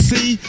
See